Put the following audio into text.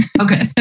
Okay